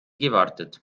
gewartet